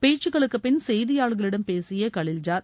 பேச்சுக்களுக்குபின் செய்தியாளர்களிடம் பேசிய பகலில்ஜத்